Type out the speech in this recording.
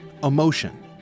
Emotion